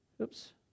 Oops